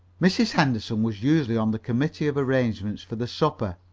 mrs. henderson was usually on the committee of arrangements for the supper,